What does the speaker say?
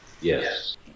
Yes